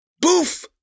Boof